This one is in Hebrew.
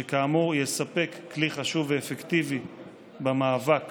שכאמור יספק כלי חשוב ואפקטיבי במאבק